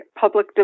public